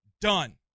done